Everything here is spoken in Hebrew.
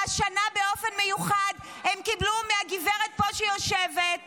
והשנה באופן מיוחד הם קיבלו מהגברת שיושבת פה,